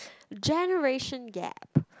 generation gap